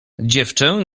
dziewczę